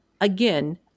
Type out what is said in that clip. again